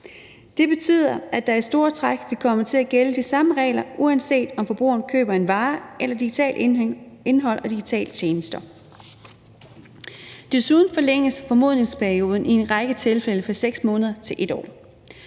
Det betyder, at der i store træk vil komme til at gælde de samme regler, uanset om forbrugeren køber en vare eller digitalt indhold eller digitale tjenester. Desuden forlænges formodningsperioden i en række tilfælde fra 6 måneder til 1 år.